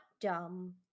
dumb